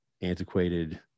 antiquated